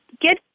get